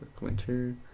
Winter